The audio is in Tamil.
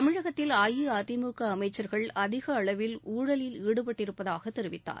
தமிழகத்தில் அஇஅதிமுகஅமைச்சர்கள் அதிகஅளவில் ஊழலில் ஈடுபட்டிருப்பதாகதெரிவித்தார்